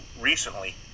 recently